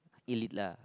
elite lah